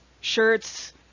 shirts